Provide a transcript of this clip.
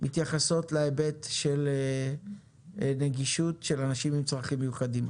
שמתייחסות להיבט של נגישות של אנשים עם צרכים מיוחדים.